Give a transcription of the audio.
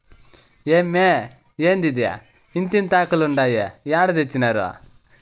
ఏమ్మే, ఏందిదే ఇంతింతాకులుండాయి ఏడ తెచ్చినారు